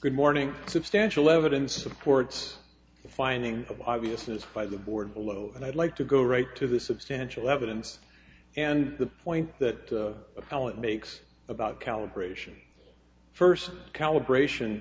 good morning substantial evidence supports the finding of obviousness by the board below and i'd like to go right to the substantial evidence and the point that appellant makes about calibration first calibration